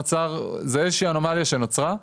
זו איזה שהיא אנומליה שנוצרה,